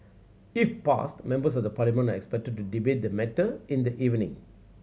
if passed Members of the Parliament are expected to debate the matter in the evening